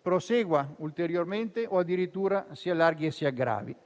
prosegua ulteriormente o addirittura si allarghi e aggravi.